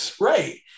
right